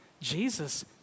Jesus